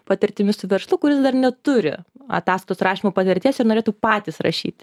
patirtimi su verslu kuris dar neturi atastos rašymo patirties ir norėtų patys rašyt